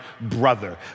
brother